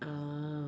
oh